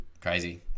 Crazy